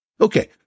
Okay